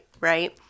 right